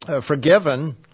forgiven